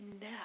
now